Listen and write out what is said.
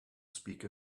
speak